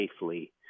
safely